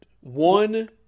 one